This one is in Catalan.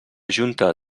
junta